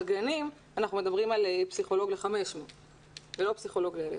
בגני הילדים אנחנו מדברים על פסיכולוג ל-500 ילדים ולא ל-1,000.